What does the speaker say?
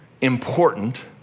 important